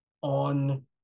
on